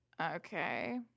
Okay